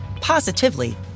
positively